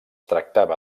tractava